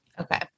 Okay